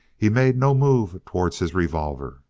he made no move towards his revolver.